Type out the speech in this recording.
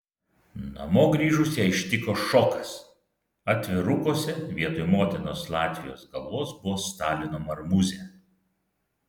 namo grįžus ją ištiko šokas atvirukuose vietoj motinos latvijos galvos buvo stalino marmūzė